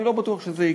אני לא בטוח שזה יקרה.